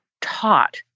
taught